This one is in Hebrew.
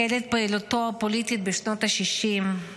החל את פעילותו הפוליטית בשנות השישים,